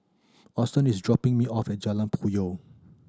Auston is dropping me off at Jalan Puyoh